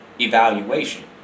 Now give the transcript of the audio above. evaluation